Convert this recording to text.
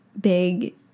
big